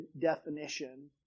definition